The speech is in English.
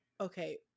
okay